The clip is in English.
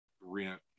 rent